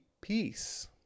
peace